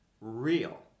real